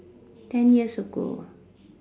ten years ago